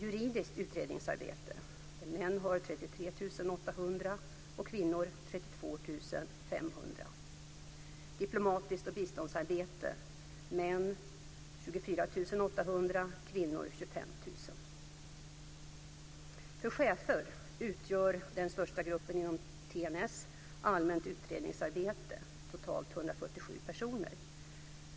I juridiskt utredningsarbete har män 33 800 kr och kvinnor 32 500 kr. I För chefer utgör den största gruppen inom TNS, allmänt utredningsarbete, totalt 147 personer.